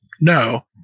no